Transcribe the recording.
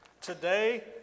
today